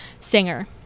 singer